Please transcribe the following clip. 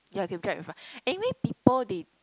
yeah can be dried very fast anyway people they